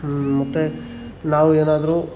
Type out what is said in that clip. ಹ್ಞೂ ಮತ್ತು ನಾವು ಏನಾದರೂ